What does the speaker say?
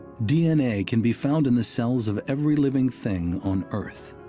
d n a. can be found in the cells of every living thing on earth.